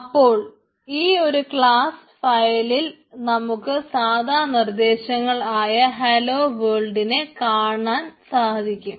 അപ്പോൾ ഈ ഒരു ക്ലാസ്സ് ഫയലിൽ നമുക്ക് സാധാ നിർദ്ദേശങ്ങൾ ആയ ഹലോ വേൾഡിനെ കാണാൻ സാധിക്കും